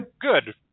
Good